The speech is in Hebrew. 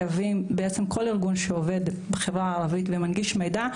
ובעצם כל ארגון שעובד בחברה הערבית ומנגיש מידע,